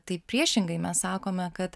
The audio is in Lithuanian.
tai priešingai mes sakome kad